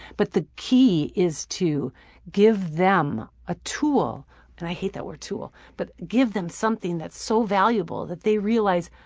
but the key is to give them a tool and i hate that word tool but give them something that's so valuable that they realize,